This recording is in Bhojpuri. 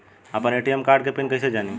आपन ए.टी.एम कार्ड के पिन कईसे जानी?